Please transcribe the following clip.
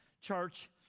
church